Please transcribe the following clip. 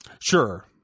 Sure